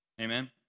Amen